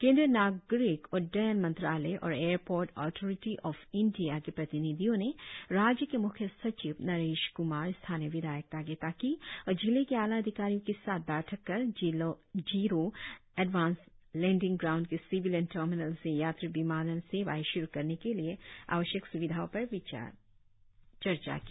केंद्रीय नागरिक उड्डयन मंत्रालय और एयरपोर्ट अथॉरिटी ऑफ इंडिया के प्रतिनिधियों ने राज्य के म्ख्य सचिव नरेश क्मार स्थानीय विधायक तागे ताकी और जिले के आलाधिकारियों के साथ बैठक कर जिलो एडवांस लैंडिंग ग्राउंड के सिविलियन टर्मिनल से यात्री विमानन सेवाएं श्रु करने के लिए आवश्यक स्विधाओं पर चर्चा की